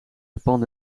japan